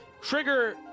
Trigger